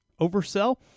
Oversell